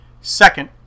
Second